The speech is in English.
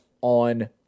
on